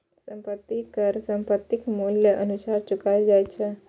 संपत्ति कर संपत्तिक मूल्यक अनुसार चुकाएल जाए छै